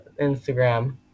Instagram